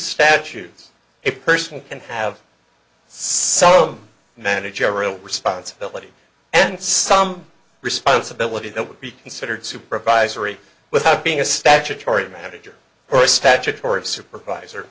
statute a person can have so managerial responsibility and some responsibility that would be considered supervisory without being a statutory manager or statutory of supervisor